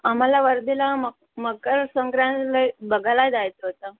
आम्हाला वर्धेला मक मगर संग्रहालय बघायला जायचं होतं